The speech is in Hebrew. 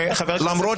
נתקדם.